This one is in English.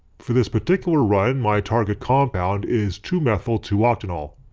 for this particular run my target compound is two methyl two octanol.